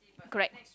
correct